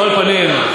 על כל פנים,